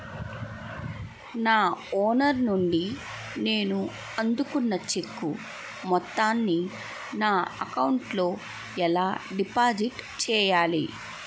నా ఓనర్ నుండి నేను అందుకున్న చెక్కు మొత్తాన్ని నా అకౌంట్ లోఎలా డిపాజిట్ చేయాలి?